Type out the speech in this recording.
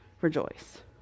rejoice